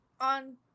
on